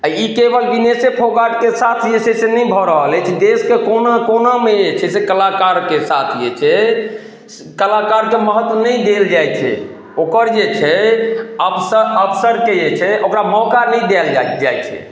आ ई केवल बिनेशे फोगाटके साथ जे छै से नहि भऽ रहल अछि देशके कोना कोनामे जे छै से कलाकारके साथ जे छै कलाकारके महत्व नहि देल जाइ छै ओकर जे छै अबसर अबसरके जे छै ओकरा मौका नहि देल जाइ छै